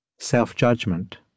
self-judgment